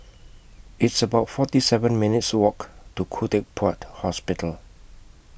It's about forty seven minutes' Walk to Khoo Teck Puat Hospital